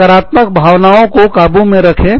नकारात्मक भावनाओं को काबू में रखें